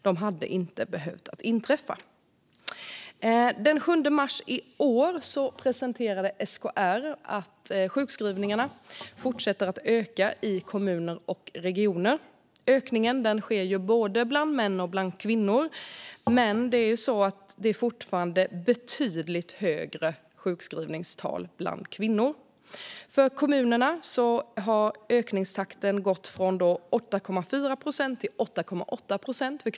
De hade inte behövt inträffa. Den 7 mars i år presenterade SKR att sjukskrivningarna fortsätter att öka i kommuner och regioner. Ökningen sker bland både män och kvinnor, men det är fortfarande betydligt högre sjukskrivningstal bland kvinnor. När det gäller kvinnor i kommunerna ökade det från 8,4 procent till 8,8 procent.